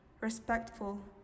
respectful